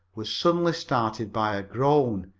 was suddenly startled by a groan.